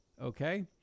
Okay